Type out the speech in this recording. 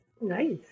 Nice